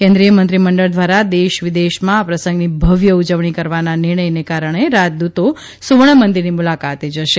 કેન્દ્રિય મંત્રીમંડળ દ્વારા દેશ વિ દેશમાં આ પ્રસંગની ભવ્ય ઉજવણી કરવાના નિર્ણયને કારણે રાજદૂતો સુવર્ણ મંદિરની મુલાકાતે જશે